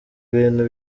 ibintu